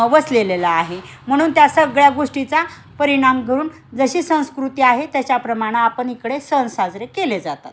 वसलेले आहे म्हणून त्या सगळ्या गोष्टीचा परिणाम करून जशी संस्कृती आहे त्याच्याप्रमाणं आपण इकडे सण साजरे केले जातात